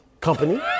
company